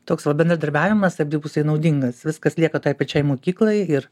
toks va bendradarbiavimas abipusiai naudingas viskas lieka tai pačiai mokyklai ir